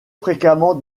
fréquemment